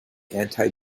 anti